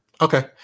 Okay